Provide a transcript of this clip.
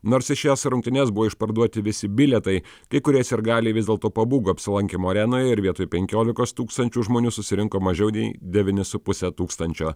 nors į šias rungtynes buvo išparduoti visi bilietai kai kurie sirgaliai vis dėlto pabūgo apsilankymo arenoj ir vietoj penkiolikos tūkstančių žmonių susirinko mažiau nei devyni su puse tūkstančio